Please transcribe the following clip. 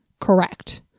correct